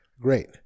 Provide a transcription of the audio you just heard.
Great